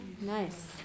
Nice